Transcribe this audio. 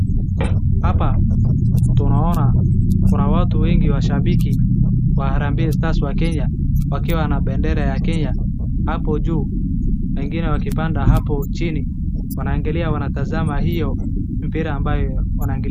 Hapa tunaona kuna watu wengi washabiki wa Harambee Stars wa Kenya wakiwa na bendera ya Kenya hapo juu na wengine wakipanda hapo chini wanaangalia wanatazama mpira.